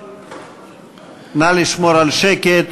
נא לשמור על שקט.